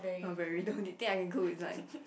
not very the only thing I can cook is like